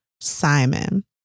Simon